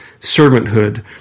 servanthood